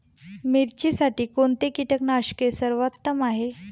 मिरचीसाठी कोणते कीटकनाशके सर्वोत्तम आहे?